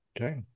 Okay